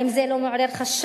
האם זה לא מעורר חשד